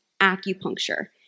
acupuncture